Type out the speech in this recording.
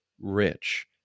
rich